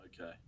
Okay